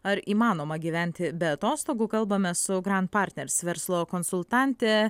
ar įmanoma gyventi be atostogų kalbame su grand partners verslo konsultante